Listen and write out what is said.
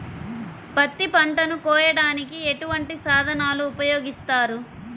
పత్తి పంటను కోయటానికి ఎటువంటి సాధనలు ఉపయోగిస్తారు?